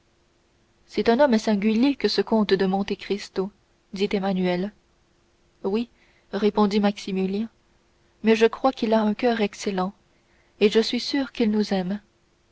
c'est un homme singulier que ce comte de monte cristo dit emmanuel oui répondit maximilien mais je crois qu'il a un coeur excellent et je suis sûr qu'il nous aime